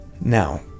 Now